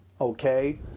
okay